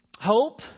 hope